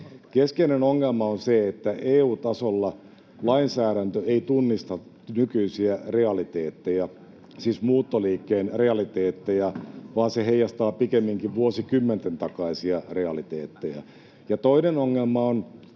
keskeinen ongelma on se, että EU-tasolla lainsäädäntö ei tunnista nykyisiä realiteetteja, siis muuttoliikkeen realiteetteja, vaan se heijastaa pikemminkin vuosikymmenten takaisia realiteetteja. Ja toinen ongelma on